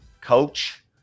coach